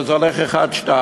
אבל זה הולך אחת-שתיים,